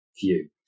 view